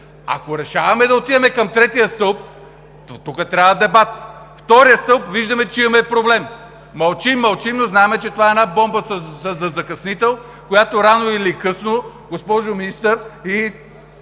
Ако решаваме да отиваме към третия стълб, тук трябва дебат. Виждаме, че имаме проблем с втория стълб. Мълчим, мълчим, но знаем, че това е една бомба със закъснител, която рано или късно, госпожо Министър,